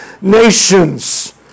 nations